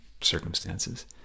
circumstances